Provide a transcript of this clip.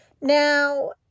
Now